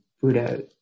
Buddha